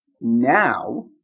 now